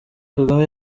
kagame